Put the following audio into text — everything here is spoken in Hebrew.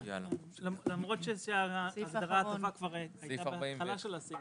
למרות שההגדרה הטבה כבר הייתה בהתחלה של הסעיף.